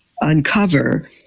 uncover